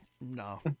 no